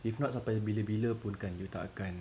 if not sampai bila bila pun kan you tak akan